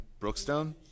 Brookstone